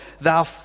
Thou